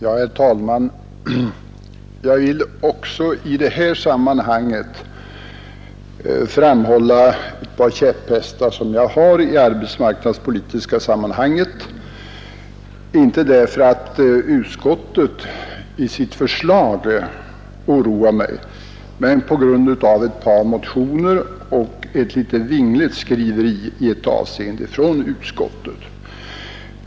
Herr talman! Jag vill i detta sammanhang ta fram ett par käpphästar som jag har i arbetsmarknadspolitiska sammanhang, inte för att utskottet i sitt förslag oroar mig, men på grund av ett par motioner och ett litet vingligt skriveri i ett avseende från utskottets sida.